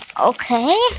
Okay